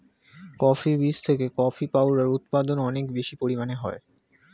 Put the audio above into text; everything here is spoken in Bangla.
কফি বীজ থেকে কফি পাউডার উৎপাদন অনেক বেশি পরিমাণে হয়